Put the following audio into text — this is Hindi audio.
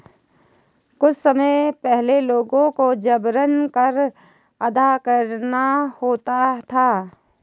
कुछ समय पहले लोगों को जबरन कर अदा करना होता था